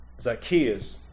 Zacchaeus